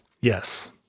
Yes